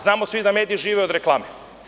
Znamo svi da mediji žive odreklame.